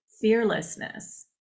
fearlessness